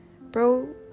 bro